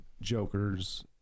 Jokers